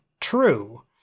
true